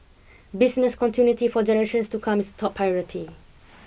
business continuity for generations to come is a top priority